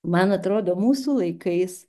man atrodo mūsų laikais